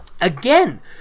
again